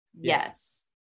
yes